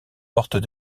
portent